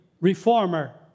reformer